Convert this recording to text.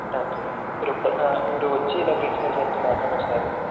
thank you madam మీరిప్పుడు ఆ మీరు వచ్చి ప్రిన్సిపాల్ సార్తో మాట్లాడండి ఒకసారి